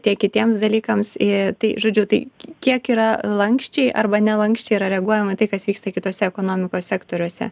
tiek kitiems dalykams į tai žodžiu tai kiek yra lanksčiai arba nelanksčiai yra reaguojama į tai kas vyksta kituose ekonomikos sektoriuose